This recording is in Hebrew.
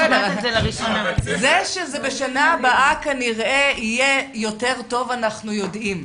זה שבשנה הבאה כנראה יהיה יותר טוב, אנחנו יודעים.